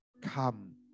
come